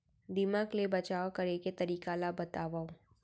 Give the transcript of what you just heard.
दीमक ले बचाव करे के तरीका ला बतावव?